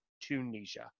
Tunisia